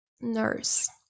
nurse